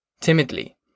timidly